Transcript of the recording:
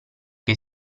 che